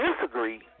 disagree